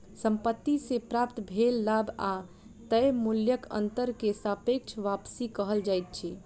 संपत्ति से प्राप्त भेल लाभ आ तय मूल्यक अंतर के सापेक्ष वापसी कहल जाइत अछि